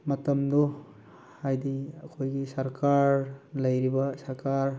ꯃꯇꯝꯗꯣ ꯍꯥꯏꯗꯤ ꯑꯩꯈꯣꯏꯒꯤ ꯁꯔꯀꯥꯔ ꯂꯩꯔꯤꯕ ꯁꯔꯀꯥꯔ